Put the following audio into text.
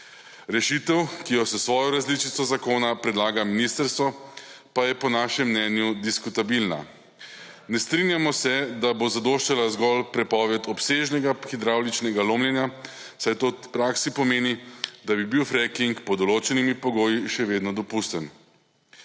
Rešitev, ki jo s svojo različico zakona predlaga ministrstvo, pa je po našem mnenju diskutabilna. Ne strinjamo se, da bo zadoščala zgolj prepoved obsežnega hidravličnega lomljenja, saj to v praksi pomeni, da bi bil freking pod določenimi pogoji še vedno dopusten.